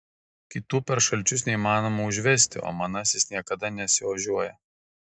kitų per šalčius neįmanoma užvesti o manasis niekada nesiožiuoja